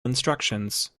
instructions